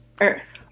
earth